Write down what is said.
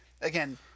again